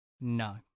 No